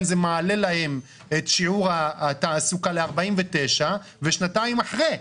זה מעלה להם את שיעור התעסוקה ל-49 ושנתיים אחרי.